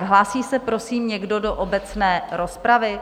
Hlásí se prosím někdo do obecné rozpravy?